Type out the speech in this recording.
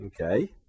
Okay